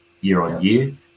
year-on-year